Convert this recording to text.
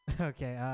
okay